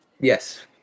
Yes